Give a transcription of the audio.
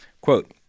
Quote